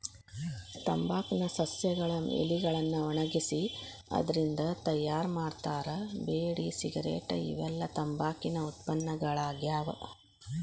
ತಂಬಾಕ್ ನ ಸಸ್ಯಗಳ ಎಲಿಗಳನ್ನ ಒಣಗಿಸಿ ಅದ್ರಿಂದ ತಯಾರ್ ಮಾಡ್ತಾರ ಬೇಡಿ ಸಿಗರೇಟ್ ಇವೆಲ್ಲ ತಂಬಾಕಿನ ಉತ್ಪನ್ನಗಳಾಗ್ಯಾವ